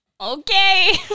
okay